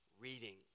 reading